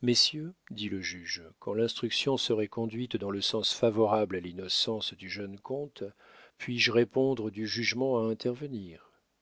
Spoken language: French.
messieurs dit le juge quand l'instruction serait conduite dans le sens favorable à l'innocence du jeune comte puis-je répondre du jugement à intervenir